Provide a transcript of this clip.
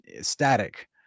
static